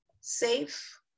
safe